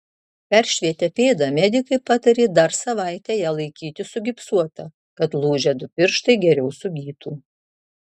peršvietę pėdą medikai patarė dar savaitę ją laikyti sugipsuotą kad lūžę du pirštai geriau sugytų